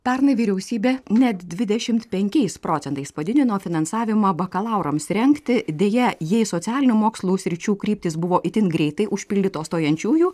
pernai vyriausybė net dvidešimt penkiais procentais padidino finansavimą bakalaurams rengti deja jei socialinių mokslų sričių kryptys buvo itin greitai užpildytos stojančiųjų